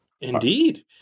Indeed